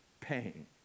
pain